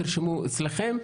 תרשמו אצלכם.